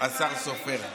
השר סופר.